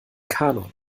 kanon